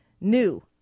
New